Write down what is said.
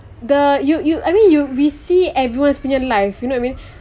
the you you I mean you we see everyone's punya life you know what I mean